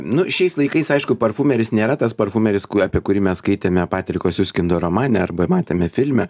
nu šiais laikais aišku parfumeris nėra tas parfumeris apie kurį mes skaitėme patriko siuskindo romane arba matėme filme